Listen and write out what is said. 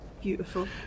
Beautiful